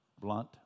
blunt